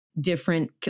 different